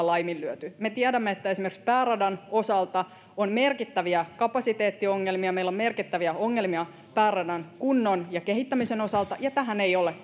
laiminlyöty me tiedämme että esimerkiksi pääradan osata on merkittäviä kapasiteettiongelmia meillä on merkittäviä ongelmia pääradan kunnon ja kehittämisen osalta ja tähän ei ole